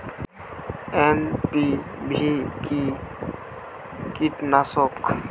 NPV কি কীটনাশক?